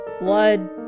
blood